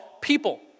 People